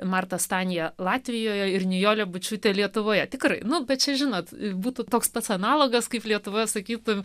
martas stanija latvijoje ir nijolė bučiūtė lietuvoje tikrai nu bet čia žinot būtų toks pats analogas kaip lietuvoje sakytų